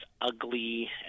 ugly